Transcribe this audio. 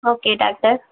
okay doctor